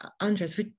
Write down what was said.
Andres